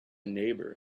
neighbour